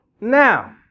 Now